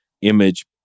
image